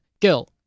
Gil